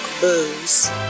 booze